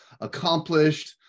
accomplished